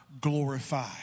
glorify